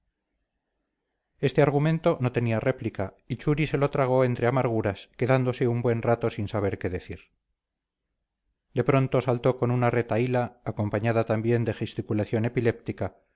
este argumento no tenía réplica y churi se lo tragó entre amarguras quedándose un buen rato sin saber qué decir de pronto saltó con una retahíla acompañada también de gesticulación epiléptica